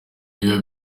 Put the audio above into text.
ntibiba